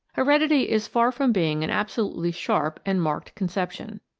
heredity is far from being an absolutely sharp and marked conception.